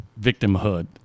victimhood